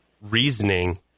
reasoning